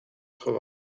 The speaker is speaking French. vingts